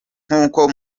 nk’uko